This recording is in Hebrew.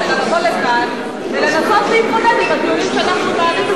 אלא לבוא לכאן ולנסות להתמודד עם הטיעונים שאנחנו מעלים,